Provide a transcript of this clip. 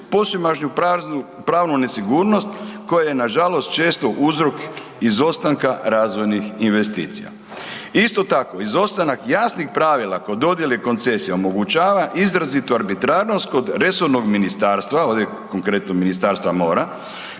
posvemašnju pravnu nesigurnost koja je nažalost često uzrok izostanka razvojnih investicija. Isto tako, izostanak jasnih pravila kod dodjele koncesija omogućava izrazitu arbitrarnost kod resornog ministarstva ovdje konkretno Ministarstva mora,